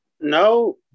No